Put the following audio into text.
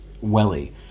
Welly